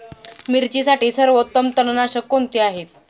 मिरचीसाठी सर्वोत्तम तणनाशक कोणते आहे?